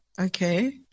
Okay